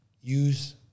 use